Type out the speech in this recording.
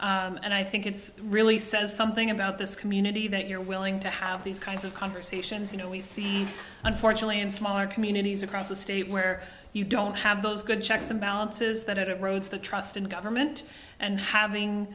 all and i think it's really says something about this community that you're willing to have these kinds of conversations you know we see unfortunately in smaller communities across the state where you don't have those good checks and balances that at rhodes the trust in government and having